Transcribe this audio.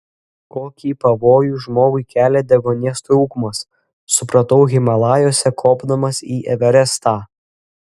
kokį pavojų žmogui kelia deguonies trūkumas supratau himalajuose kopdamas į everestą